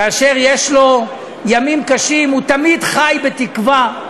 כאשר יש לו ימים קשים, הוא תמיד חי בתקווה,